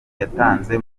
yatanze